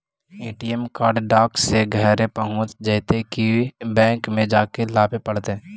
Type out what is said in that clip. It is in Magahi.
ए.टी.एम कार्ड डाक से घरे पहुँच जईतै कि बैंक में जाके लाबे पड़तै?